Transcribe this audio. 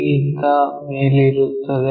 P ಗಿಂತ ಮೇಲಿರುತ್ತದೆ